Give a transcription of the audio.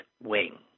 wing